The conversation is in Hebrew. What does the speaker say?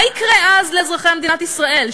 מה יקרה אז לאזרחי מדינת ישראל,